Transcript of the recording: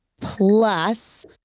Plus